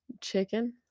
Chicken